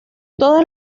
todas